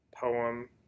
poem